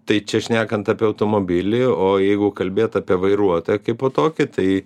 tai čia šnekant apie automobilį o jeigu kalbėt apie vairuotoją kaipo tokį tai